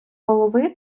голови